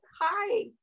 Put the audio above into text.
Hi